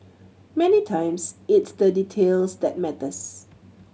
many times it's the details that matters